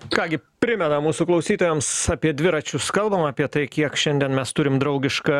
ką gi primena mūsų klausytojams apie dviračius kalbam apie tai kiek šiandien mes turim draugišką